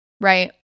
right